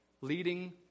Leading